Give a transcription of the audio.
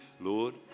Lord